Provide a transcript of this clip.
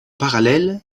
parallèle